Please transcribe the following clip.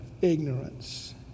ignorance